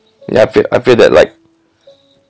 ya I feel I feel that like